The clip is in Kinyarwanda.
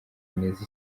neza